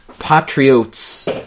Patriots